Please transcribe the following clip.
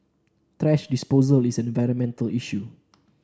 thrash disposal is an environmental issue